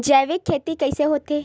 जैविक खेती कइसे होथे?